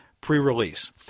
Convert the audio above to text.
pre-release